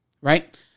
right